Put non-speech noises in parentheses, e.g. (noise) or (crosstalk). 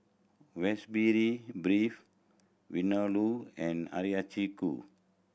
(unintelligible) Beef Vindaloo and Hiyashi Chuka